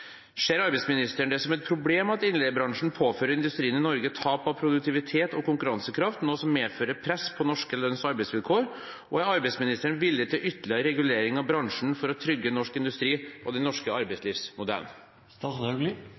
Ser arbeidsministeren det som et problem at innleiebransjen påfører industrien i Norge tap av produktivitet og konkurransekraft, noe som medfører press på norske lønns- og arbeidsvilkår, og er arbeidsministeren villig til ytterligere regulering av bransjen for å trygge norsk industri og den norske